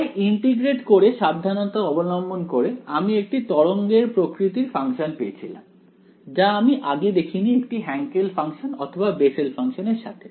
তাই ইন্টিগ্রেট করে সাবধানতা অবলম্বন করে আমি একটি তরঙ্গের প্রকৃতির ফাংশন পেয়েছিলাম যা আমি আগে দেখিনি একটি হ্যান্কেল ফাংশন অথবা বেসেল ফাংশন এর সাথে